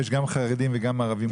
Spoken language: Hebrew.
יש גם ערבים וגם חרדים מוגבלים.